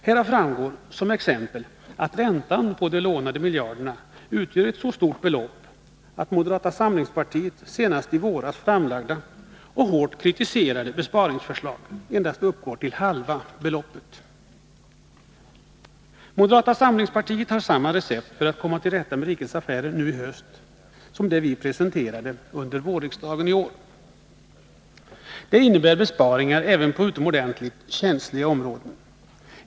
Som exempel kan nämnas att räntan på de lånade miljarderna utgör ett så stort belopp att moderata samlingspartiets senast i våras framlagda och hårt kritiserade besparingsförslag uppgår till endast halva beloppet. Moderata samlingspartiet har samma recept för att komma till rätta med rikets affärer nu i höst som det vi presenterade under vårriksdagen i år. Det innebär besparingar även på utomordentligt känsliga områden.